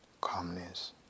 calmness